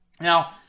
Now